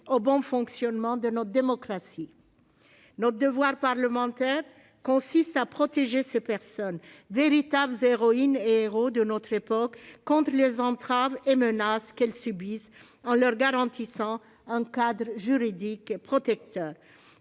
au bon fonctionnement de notre démocratie. Notre devoir en tant que parlementaires est de protéger ces personnes, véritables héroïnes et héros de notre époque, contre les entraves et menaces qu'elles subissent, en leur garantissant un cadre juridique protecteur.